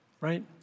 Right